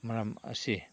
ꯃꯔꯝ ꯑꯁꯦ